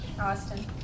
Austin